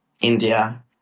India